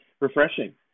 refreshing